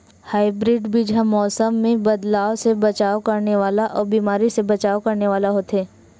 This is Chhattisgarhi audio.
हाइब्रिड बीज हा मौसम मे बदलाव से बचाव करने वाला अउ बीमारी से बचाव करने वाला होथे